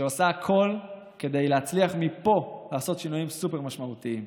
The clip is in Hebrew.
שעושה הכול כדי להצליח מפה לעשות שינויים סופר-משמעותיים.